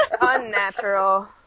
Unnatural